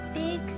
big